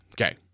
Okay